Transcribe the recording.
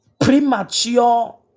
premature